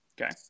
Okay